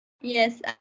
Yes